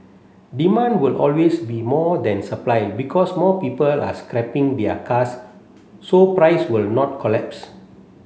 demand will always be more than supply because more people are scrapping their cars so price will not collapse